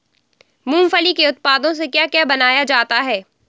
मूंगफली के उत्पादों से क्या क्या बनाया जाता है?